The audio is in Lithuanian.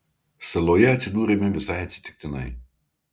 saloje atsidūrėme visai atsitiktinai